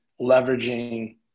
leveraging